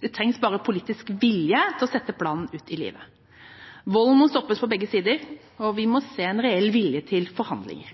Det trengs bare politisk vilje til å sette planen ut i livet. Volden må stoppes på begge sider, og vi må se reell vilje til forhandlinger